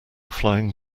flying